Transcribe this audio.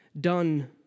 done